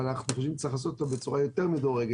אבל אנחנו אומרים שצריך לעשות אותה בצורה יותר מדורגת,